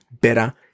better